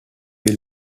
will